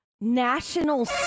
National